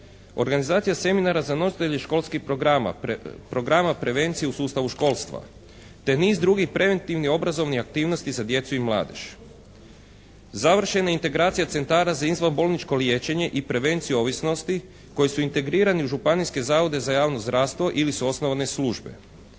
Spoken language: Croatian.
organizacija seminara za nositelje školskih programa prevencije u sustavu školstva te niz drugih preventivnih obrazovnih aktivnosti za djecu i mladež, završena integracija centara za izvan bolničko liječenje i prevenciju ovisnosti koji su integrirani u županijske zavode za javno zdravstvo ili su osnovane službe.